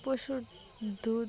পশুর দুধ